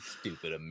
stupid